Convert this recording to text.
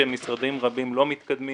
משרדים רבים לא מתקדמים